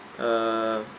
uh